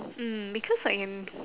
mm because I am